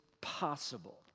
possible